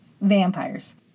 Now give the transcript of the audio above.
Vampires